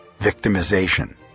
victimization